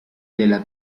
della